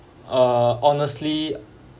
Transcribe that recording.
uh honestly